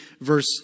verse